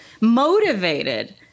motivated